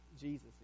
Jesus